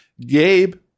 Gabe